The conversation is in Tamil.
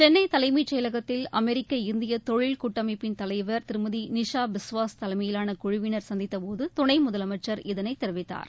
சென்னை தலைமைச் செயலகத்தில் அமெரிக்க இந்திய தொழில் கூட்டமைப்பின் தலைவர் திருமதி நிஷா பிஸ்வாஸ் தலைமையிலான குழுவினர் சந்தித்தபோது துணை முதலமச்சர் இதனை தெரிவித்தார்